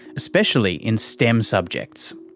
especially in stem subjects.